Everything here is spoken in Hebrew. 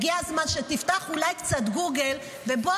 הגיע זמן שתפתח אולי קצת גוגל ובוא